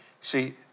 See